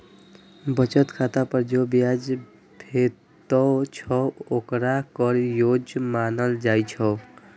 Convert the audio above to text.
बचत खाता पर जे ब्याज भेटै छै, ओकरा कर योग्य मानल जाइ छै